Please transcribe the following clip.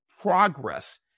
progress